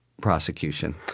prosecution